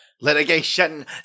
Litigation